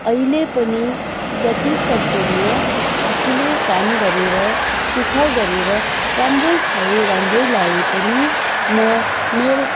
अहिले पनि जति सक्दो म आफूले काम गरेर दुःख गरेर राम्रै खाए राम्रै लाए पनि म मेरो